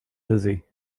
dizzy